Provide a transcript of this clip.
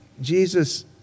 Jesus